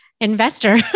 investor